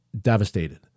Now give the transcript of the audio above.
devastated